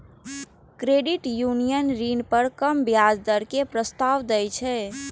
credit union ऋण पर कम ब्याज दर के प्रस्ताव दै छै